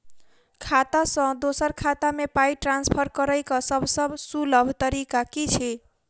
खाता सँ दोसर खाता मे पाई ट्रान्सफर करैक सभसँ सुलभ तरीका की छी?